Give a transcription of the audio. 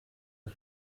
der